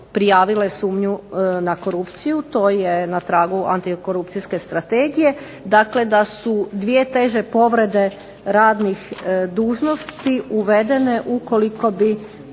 prijavile sumnju na korupciju. To je na tragu Antikorupcijske strategije, dakle da su dvije teže povrede radnih dužnosti uvedene ukoliko bi